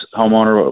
homeowner